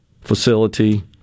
facility